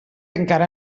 encara